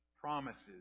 Promises